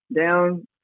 down